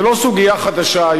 זו לא סוגיה חדשה,